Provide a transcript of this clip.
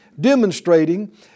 Demonstrating